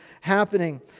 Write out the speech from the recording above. happening